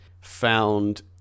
found